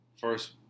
First